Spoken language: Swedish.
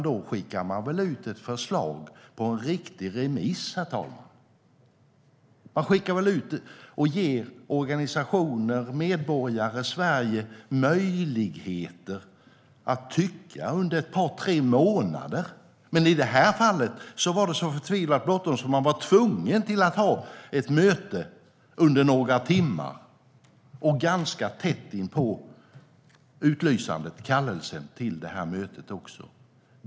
Då skickar man väl i stället ut förslaget på remiss och ger organisationer och medborgare i Sverige möjlighet att tycka till under ett par tre månader. Men i det här fallet var det så förtvivlat bråttom att man var tvungen att ha ett möte under några timmar ganska tätt inpå att kallelsen hade skickats ut.